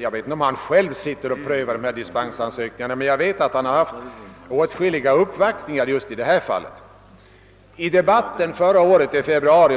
Jag vet inte om han själv sitter och prövar dessa dispensansökningar, men jag vet att han har haft åtskilliga uppvaktningar just i det aktuella fallet. I debatten om investeringsavgiften i februari